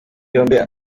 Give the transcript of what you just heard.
yombi